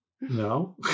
No